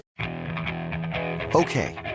Okay